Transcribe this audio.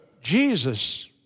Jesus